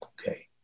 Okay